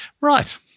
Right